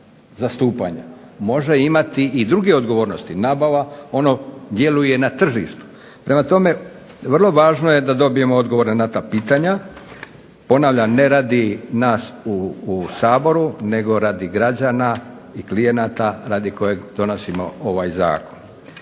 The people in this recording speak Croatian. može imati i druge odgovornosti, ono djeluje i na tržištu. Prema tome, vrlo važno je da dobijemo odgovore na ta pitanja, ponavljam ne radi nas u Saboru, nego radi građana i klijenata, radi kojeg donosimo ovaj Zakon.